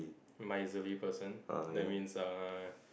am I a person that's means uh